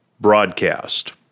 broadcast